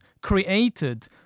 created